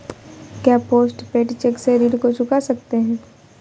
क्या post paid cheque से ऋण को चुका सकते हैं?